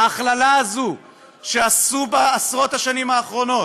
ההכללה הזאת שעשו בעשרות השנים האחרונות,